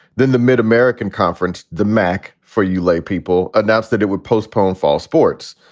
then the mid-american conference, the mac for you laypeople announced that it would postpone fox sports.